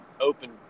open